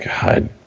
God